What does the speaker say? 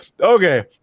okay